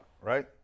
Right